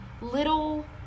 little